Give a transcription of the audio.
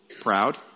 proud